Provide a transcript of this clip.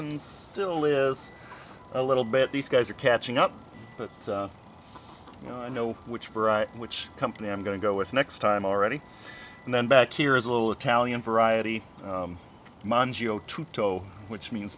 and still is a little bit these guys are catching up but you know i know which for which company i'm going to go with next time already and then back here is a little italian variety mongo tutto which means